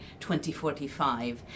2045